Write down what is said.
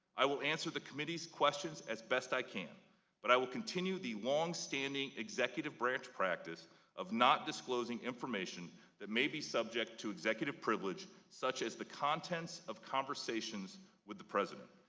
i will answer the committee's questions as best i can and but i will continue the long-standing executive branch practice of not disclosing information that may be subject to executive privilege such as the contents of conversations with the president.